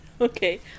Okay